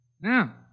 Now